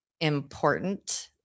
important